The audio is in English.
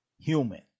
human